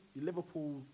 Liverpool